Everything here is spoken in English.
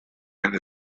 and